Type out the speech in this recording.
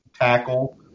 tackle